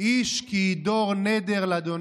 "איש כי ידֹר נדר לה'